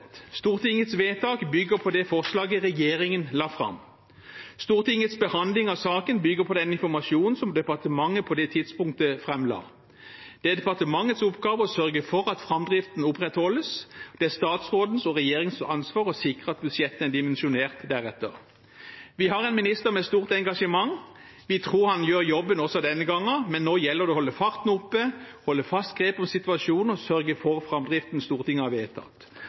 Stortingets vedtak bygger på det forslaget regjeringen la fram. Stortingets behandling av saken bygger på den informasjonen som departementet framla på det tidspunktet. Det er departementets oppgave å sørge for at framdriften opprettholdes. Det er statsråden og regjeringens ansvar å sikre at budsjettene er dimensjonert deretter. Vi har en minister med stort engasjement. Vi tror han gjør jobben også denne gangen, men nå gjelder det å holde farten oppe, holde et fast grep om situasjonen og sørge for framdriften Stortinget har vedtatt.